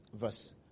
verse